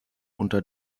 unter